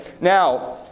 now